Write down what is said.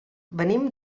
venim